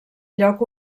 lloc